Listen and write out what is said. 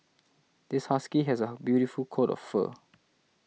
this husky has a beautiful coat of fur